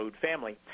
family